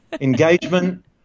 engagement